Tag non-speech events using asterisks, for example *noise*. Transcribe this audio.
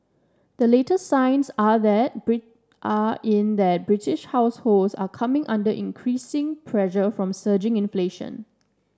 the latest signs are that *unintelligible* are in that British households are coming under increasing pressure from surging inflation